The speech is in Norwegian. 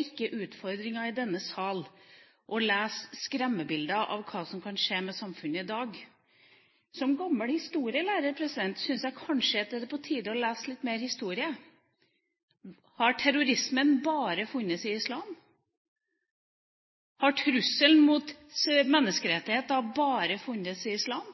ikke utfordringen i denne sal å lese skremmebilder av hva som kan skje med samfunnet i dag. Som gammel historielærer synes jeg kanskje det er på tide å lese litt mer historie. Har terrorisme bare funnet sted i islam? Har trusselen mot menneskerettigheter bare funnet sted i islam?